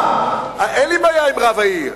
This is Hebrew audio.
סליחה, אין לי בעיה עם רב העיר,